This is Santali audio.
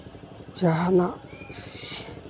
ᱡᱟᱦᱟᱱᱟᱜ